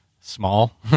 small